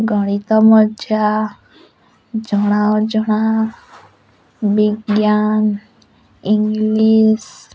ଗଣିତ ମଜା ଜଣା ଅଜଣା ବିଜ୍ଞାନ ଇଂଲିଶ